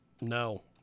no